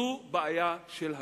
זו בעיה של השיטה.